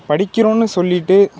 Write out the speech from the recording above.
படிக்கிறோன்னு சொல்லிவிட்டு